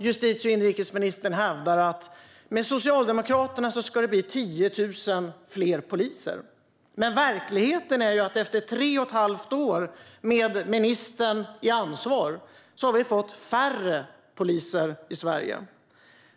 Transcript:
Justitie och inrikesministern hävdar att det med Socialdemokraterna ska bli 10 000 fler poliser. Verkligheten är att efter tre och ett halvt år med ministern som ansvarig har vi fått färre poliser i Sverige.